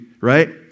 right